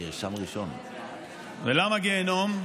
ולמה גיהינום?